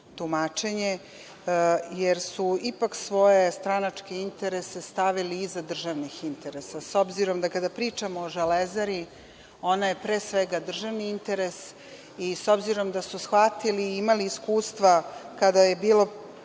tumačenje, jer su ipak svoje stranačke interese stavili iza državnih interesa. S obzirom da kada pričamo o „Železari“, ona je pre svega državni interes i s obzirom da su shvatili i imali iskustva kada je bilo